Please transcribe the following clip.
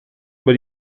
über